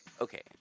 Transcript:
okay